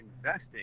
investing